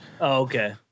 Okay